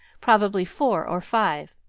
probably four or five.